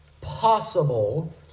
possible